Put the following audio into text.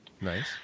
Nice